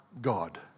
God